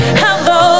hello